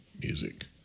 music